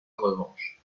revanche